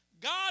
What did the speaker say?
God